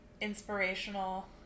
inspirational